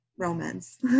Romance